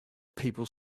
people